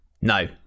No